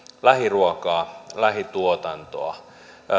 lähiruokaa lähituotantoa